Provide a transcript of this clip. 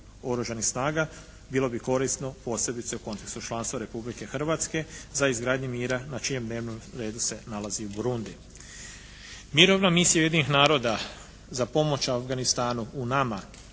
oružanih snaga bilo bi korisno posebice u kontekstu članstva Republike Hrvatske za izgradnju mira na čijem dnevnom redu se nalazi u Burundiji. Mirovina misija Ujedinjenih naroda za pomoć Afganistanu UNAMA,